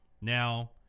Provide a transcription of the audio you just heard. Now